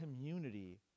community